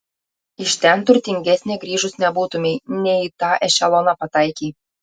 iš ten turtingesnė grįžus nebūtumei ne į tą ešeloną pataikei